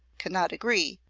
cannot agree,